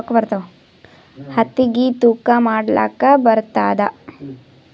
ಹತ್ತಿಗಿ ತೂಕಾ ಮಾಡಲಾಕ ಬರತ್ತಾದಾ?